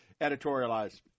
editorialize